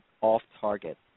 off-target